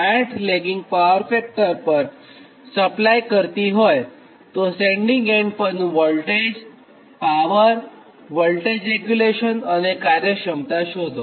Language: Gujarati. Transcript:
8 લિડીંગ પાવર ફેક્ટર પર સપ્લાય કરતી હોય તો સેન્ડીંગ એન્ડ પરનું વોલ્ટેજ અને પાવરવોલ્ટેજ રેગ્યુલેશન અને કાર્યક્ષમતા શોધો